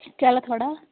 केह् हाल ऐ थोआढ़ा